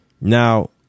Now